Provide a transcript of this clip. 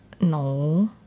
No